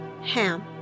Ham